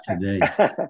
today